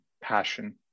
passion